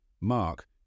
Mark